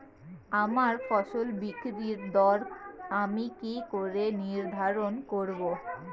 আমার ফসল বিক্রির দর আমি কি করে নির্ধারন করব?